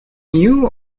you